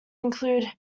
included